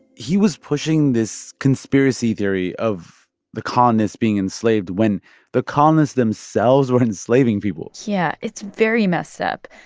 he was pushing this conspiracy theory of the colonists being enslaved when the colonists themselves were enslaving people yeah, it's very messed up.